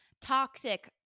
toxic